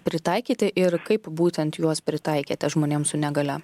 pritaikyti ir kaip būtent juos pritaikyti žmonėms su negalia